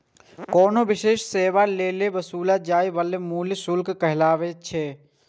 कोनो विशिष्ट सेवा लेल वसूलल जाइ बला मूल्य शुल्क कहाबै छै